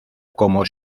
como